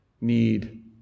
need